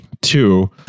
two